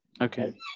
Okay